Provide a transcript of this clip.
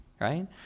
right